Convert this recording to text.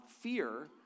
fear